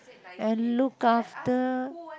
and look after